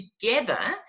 together